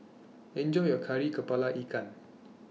Enjoy your Kari Kepala Ikan